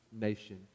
nation